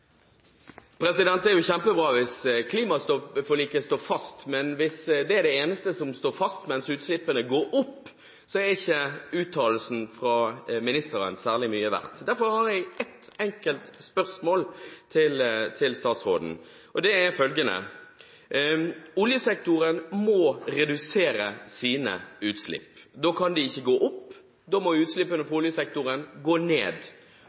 jo kjempebra hvis klimaforliket står fast, men hvis det er det eneste som står fast, mens utslippene går opp, er ikke uttalelsen fra ministeren særlig mye verdt. Derfor har jeg ett enkelt spørsmål til statsråden, og det er følgende: Oljesektoren må redusere sine utslipp. Da kan de ikke gå opp, utslippene fra oljesektoren må gå ned.